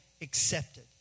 accepted